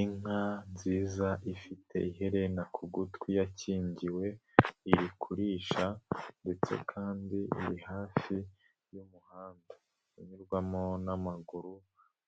Inka nziza ifite iherena ku gutwi yakingiwe iri kurisha ndetse kandi iri hafi y'umuhanda. Unyurwamo n'amaguru